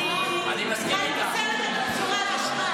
אני שמחה לבשר לכם את הבשורה הזאת.